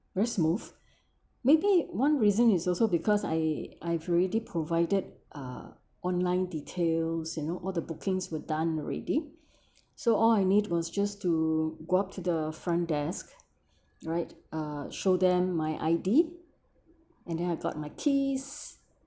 very smooth maybe one reason is also because I I've already provided uh online details you know all the bookings were done already so all I need was just to go up to the front desk right uh show them my I_D and then I've got my keys